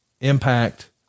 impact